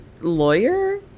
lawyer